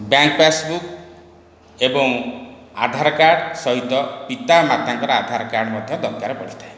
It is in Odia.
ବ୍ୟାଙ୍କ ପାସ୍ବୁକ୍ ଏବଂ ଆଧାର କାର୍ଡ଼ ସହିତ ପିତାମାତାଙ୍କର ଆଧାର କାର୍ଡ଼ ମଧ୍ୟ ଦରକାର ପଡ଼ିଥାଏ